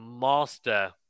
master